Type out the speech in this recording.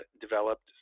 developed